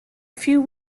few